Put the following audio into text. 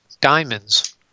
diamonds